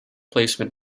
placement